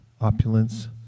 opulence